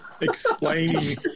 explaining